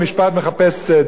מחפש צדק,